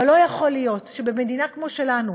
אבל לא יכול להיות שבמדינה כמו שלנו,